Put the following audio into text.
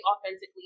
authentically